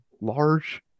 large